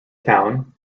town